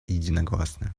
единогласно